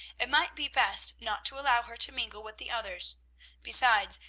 it might be best not to allow her to mingle with the others besides,